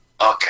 Okay